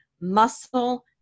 muscle